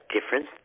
different